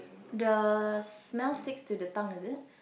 the smell takes to the tongue is it